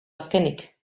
azkenik